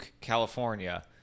California